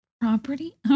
Property